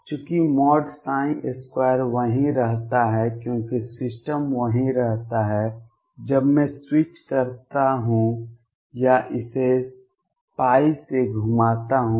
चूंकि 2 वही रहता है क्योंकि सिस्टम वही रहता है जब मैं स्विच करता हूं या इसे से घुमाता हूं